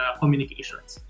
communications